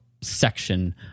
section